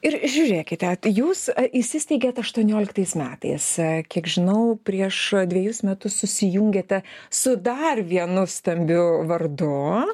ir žiūrėkite jūs įsisteigėt aštuonioliktais metais kiek žinau prieš dvejus metus susijungiate su dar vienu stambiu vardu